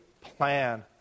plan